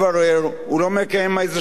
הוא לא מקיים איזה הליך.